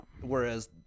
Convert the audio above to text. Whereas